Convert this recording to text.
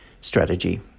strategy